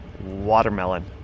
Watermelon